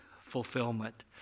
fulfillment